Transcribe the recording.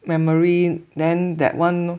memory then that one